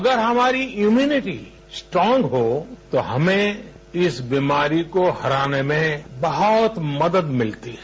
अगर हमारी immunity strong हो तो हमें इस बीमारी को हराने में बहुत मदद मिलती है